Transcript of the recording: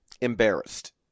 embarrassed